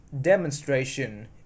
demonstration